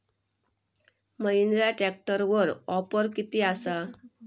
महिंद्रा ट्रॅकटरवर ऑफर किती आसा?